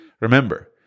Remember